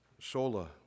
Sola